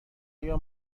ایا